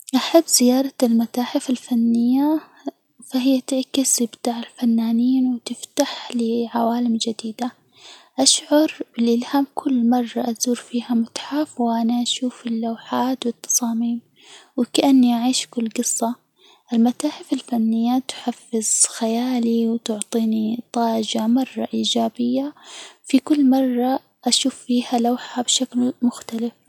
أحب زيارة المتاحف الفنية فهي تعكس إبداع الفنانين، وتفتح لي عوالم جديدة، أشعر بالإلهام كل مرة أزور فيها متحف، وأنا أشوف اللوحات، والتصاميم، وكأني أعيش كل جصة، المتاحف الفنية تحفز خيالي، وتعطيني طاجة مرة إيجابية في كل مرة أشوف فيها لوحة بشكل مختلف.